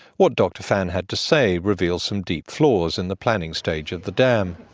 what dr fan had to say reveals some deep flaws in the planning stage of the dam.